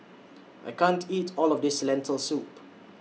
I can't eat All of This Lentil Soup